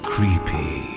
Creepy